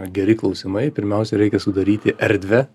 geri klausimai pirmiausia reikia sudaryti erdvę